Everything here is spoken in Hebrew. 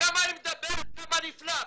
כמה היא מדברת כמה נפלא,